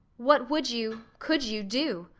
what would you could you, do?